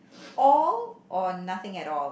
all or nothing at all